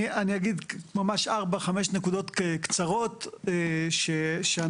אני אגיד ממש ארבע-חמש נקודות קצרות שאנחנו,